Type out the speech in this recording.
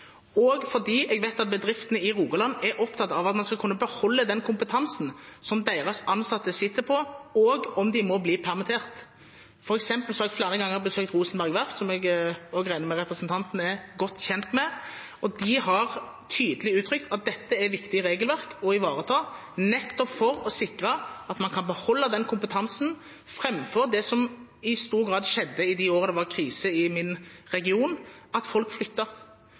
spørsmål fordi jeg vet at bedriftene i Rogaland er opptatt av at man skal kunne beholde den kompetansen som deres ansatte sitter på, også om de må bli permittert. For eksempel har jeg flere ganger besøkt Rosenberg Verft, som jeg regner med at representanten Sande er godt kjent med, og de har tydelig uttrykt at dette er viktige regelverk å ivareta, nettopp for å sikre at man kan beholde kompetansen, framfor det som i stor grad skjedde i de årene det var krise i min region, at folk